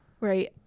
Right